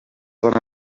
dona